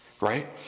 Right